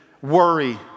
Worry